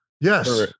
Yes